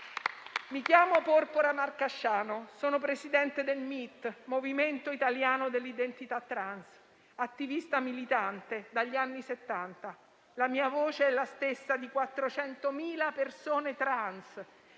«Mi chiamo Porpora Marcasciano, sono presidente del Movimento italiano dell'identità trans (MIT), attivista militante del Movimento LGBT+ dagli anni Settanta. La mia voce è la stessa di 400.000 persone trans